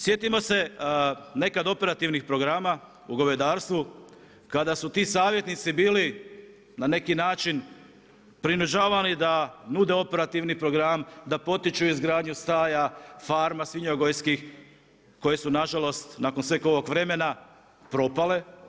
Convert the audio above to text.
Sjetimo se nekad operativnih programa u govedarstvu, kada su ti savjetnici bili na neki način prinuđivani da nude operativni program, da potiču izgradnju staja, farma svinjogojskih koje su nažalost, nakon sveg ovog vremena propale.